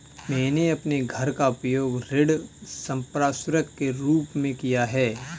मैंने अपने घर का उपयोग ऋण संपार्श्विक के रूप में किया है